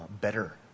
better